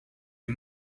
est